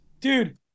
dude